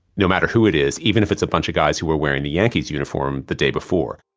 no matter who it is. even if it's a bunch of guys who were wearing the yankees uniform the day before.